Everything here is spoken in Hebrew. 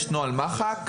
יש נוהל מח"ק,